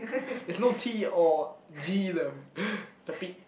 there's no T or G the